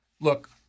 Look